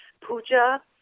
puja